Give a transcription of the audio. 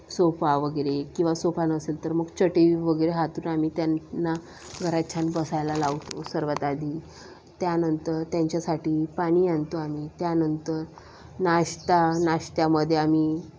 sofa वगैरे किंवा sofa नसेल तर मग चटई वगैरे अंथरून आम्ही त्यांना घरात छान बसायला लावतो सर्वात आधी त्यानंतर त्यांच्यासाठी पाणी आणतो आम्ही त्यानंतर नाश्ता नाश्त्यामध्ये आम्ही